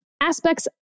Aspects